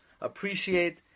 appreciate